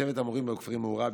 צוות המורים בכפרים מעורב,